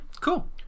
Cool